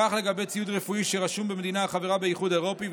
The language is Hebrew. כך לגבי ציוד רפואי שרשום במדינה החברה באיחוד האירופי.